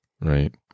right